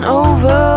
over